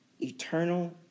eternal